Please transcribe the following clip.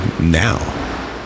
now